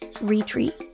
retreat